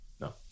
no